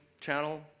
channel